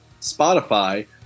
Spotify